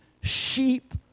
sheep